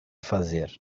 fazer